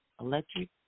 Electric